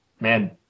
man